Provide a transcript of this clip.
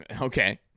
Okay